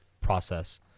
process